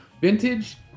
vintage